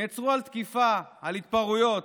נעצרו על תקיפה, על התפרעויות.